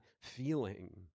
feeling